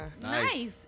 Nice